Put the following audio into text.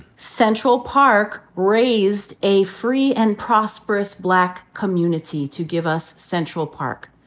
central park raised a free and prosperous black community to give us central park.